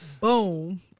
Boom